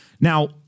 Now